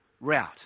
route